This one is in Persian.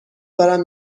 دارم